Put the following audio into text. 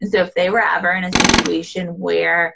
and so if they were ever in a situation where